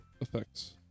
effects